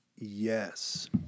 Yes